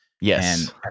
Yes